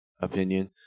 opinion